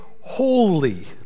holy